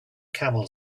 camel